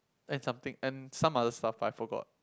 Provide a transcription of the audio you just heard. and something and some other stuff I forgot